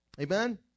Amen